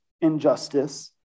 injustice